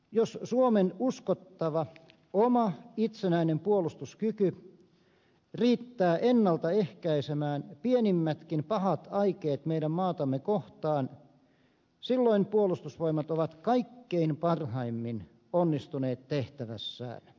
jos suomen uskottava oma itsenäinen puolustuskyky riittää ennalta ehkäisemään pienimmätkin pahat aikeet meidän maatamme kohtaan silloin puolustusvoimat on kaikkein parhaimmin onnistunut tehtävässään